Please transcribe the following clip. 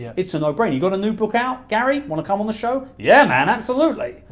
yeah it's a no brainer. you got a new book out, gary? wanna come on the show? yeah, man, absolutely.